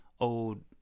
old